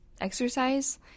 exercise